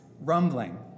rumbling